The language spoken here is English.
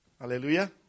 Hallelujah